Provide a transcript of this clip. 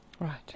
Right